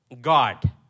God